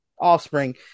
offspring